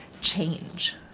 change